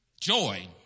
Joy